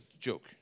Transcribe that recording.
joke